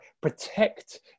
protect